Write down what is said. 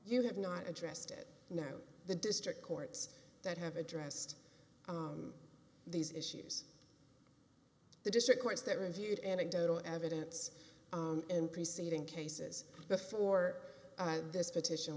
you have not addressed it now the district courts that have addressed these issues the district courts that reviewed anecdotal evidence in preceding cases before this petition